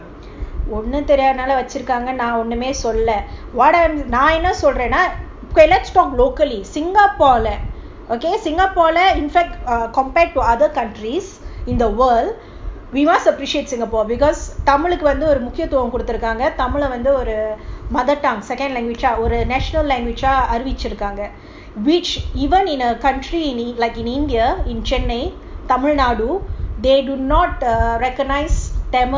ஒன்னும்தெரியாததாலவச்சிருக்காங்கனுநான்ஒண்ணுமேசொல்லல:onnum theriathathaala vachirukanganu nan onnume sollala okay let's talk locally singapore leh okay singapore leh in fact ugh compared to other countries in the world we must appreciate singapore because தமிழுக்குவந்துஒருமுக்கியத்துவம்கொடுத்துருக்காங்கதமிழஒரு:tamiluku vandhu oru mukiyathuvam koduthurukanga tamila oru mothertongue second language ah அறிவிச்சிருக்காங்க:arivichirukanga which even in a country like india in chennai Tamil Nadu they do not recognise tamil